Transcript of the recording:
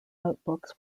notebooks